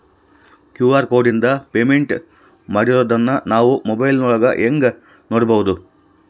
QR ಕೋಡಿಂದ payment ಮಾಡಿರೋದನ್ನ ನಾವು ಮೊಬೈಲಿನೊಳಗ ಹೆಂಗ ನೋಡಬಹುದು?